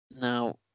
Now